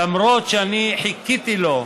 למרות שאני חיכיתי לו,